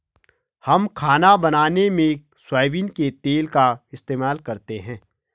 हम खाना बनाने में सोयाबीन के तेल का इस्तेमाल करते हैं